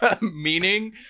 meaning